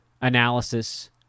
analysis